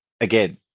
again